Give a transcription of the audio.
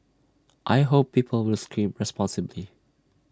I hope people will scream responsibly